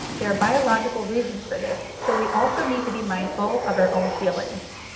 there are biological reasons for this. so we also need to be mindful of our own feelings.